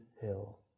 hill